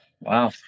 wow